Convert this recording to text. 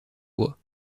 bois